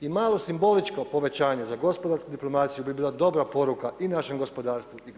I malo simboličko povećanje za gospodarsku diplomaciju bi bila dobra poruka i našem gospodarstvu i